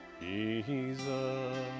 jesus